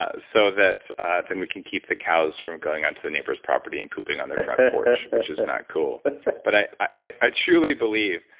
ah so that then we can keep the cows from going onto the neighbor's property and pooping on their front porch, which is not cool but i i truly believe,